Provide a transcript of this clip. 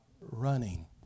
running